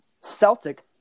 Celtic